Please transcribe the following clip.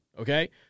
okay